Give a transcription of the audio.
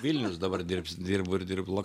vilniaus dabar dirbs dirbo ir dirblo